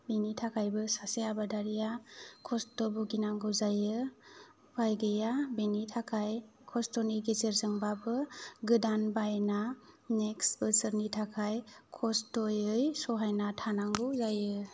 बेनि थाखायबो सासे आबादारिया खस्थ' भुगिनांगौ जायो उफाय गैया बेनि थाखाय खस्थ'नि गेजेरजोंबाबो गोदान बायना नेक्स बोसोरनि थाखाय खस्थ'यै सहायना थानांगौ जायो